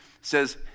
says